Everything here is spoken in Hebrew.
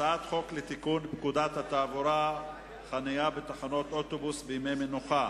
הצעת חוק לתיקון פקודת התעבורה (חנייה בתחנות אוטובוס בימי מנוחה),